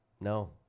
No